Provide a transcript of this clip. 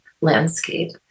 landscape